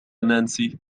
نانسي